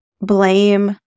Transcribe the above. blame